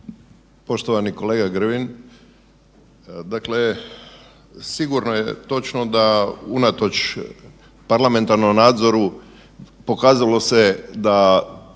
Poštovani kolega Grbin. Dakle, sigurno je točno da unatoč parlamentarnom nadzoru pokazalo se da